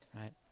right